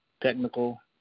technical